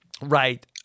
right